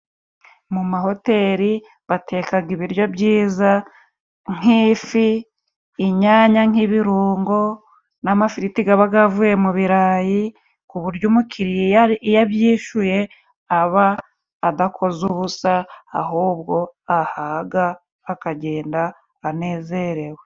Mu mahoteli batekaga ibiryo byiza nk'ifi, inyanya nk'ibirungo, n'amafiriti, gaba gavuye mu birarayi. Ku buryo umukiriya iyo abyishuye aba adakoze ubusa, ahubwo ahaga akagenda anezerewe.